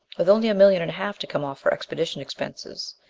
with only a million and a half to come off for expedition expenses,